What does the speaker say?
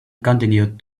continued